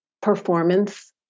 performance